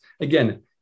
Again